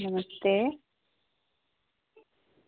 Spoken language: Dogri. नमस्ते